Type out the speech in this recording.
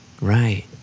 Right